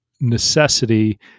necessity